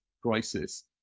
crisis